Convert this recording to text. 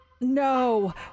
no